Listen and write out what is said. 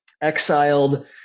exiled